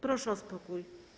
Proszę o spokój.